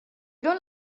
don’t